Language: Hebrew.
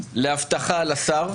לאבטחה על השר,